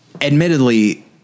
admittedly